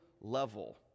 level